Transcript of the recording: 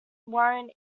warren